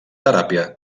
teràpia